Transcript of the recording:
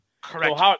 Correct